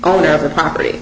owner of the property